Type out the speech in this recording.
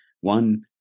one